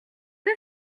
est